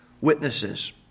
witnesses